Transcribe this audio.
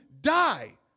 die